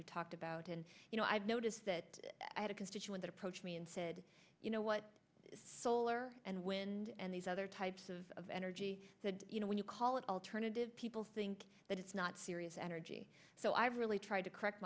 you talked about and you know i've noticed that i had a constituent approach me and said you know what solar and wind and these other types of of energy you know when you call it alternative people think that it's not serious energy so i've really tried to correct